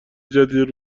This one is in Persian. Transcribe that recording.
جدید